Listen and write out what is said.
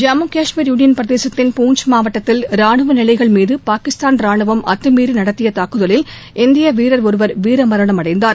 Jammu Kashmir union பிரதேசத்தின் பூஞ்ச் மாவட்டத்தில் ராணுவ நிலைகள் மீது பாகிஸ்தான் ரானுவம் அத்தமீறி நடத்திய தாக்குதலில் இந்திய வீரர் ஒருவர் வீர மரணம் அடைந்தார்